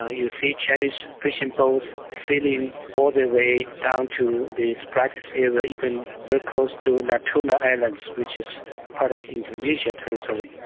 ah you see chinese fishing boats sailing all the way down to the spratlys area, even very close to natuna islands, which is part of indonesian territory.